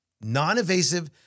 Non-invasive